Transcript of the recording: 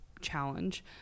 challenge